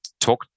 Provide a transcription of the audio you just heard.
talk